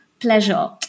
pleasure